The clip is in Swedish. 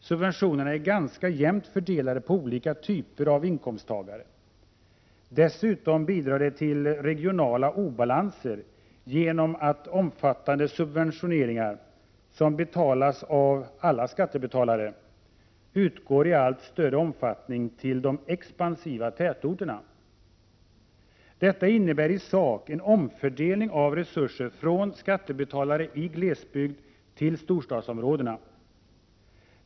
Subventionerna är ganska jämnt fördelade på olika typer av inkomsttagare. Dessutom bidrar de till regionala obalanser genom att omfattande subventioner, som betalas av alla skattebetalare, utgår i allt större omfattning till de expansiva tätorterna. Detta innebär i sak en omfördelning av resurser från skattebetalare i glesbygd till storstadsområdena.